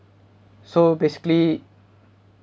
so basically